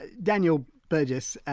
ah danielle burgess,